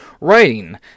writing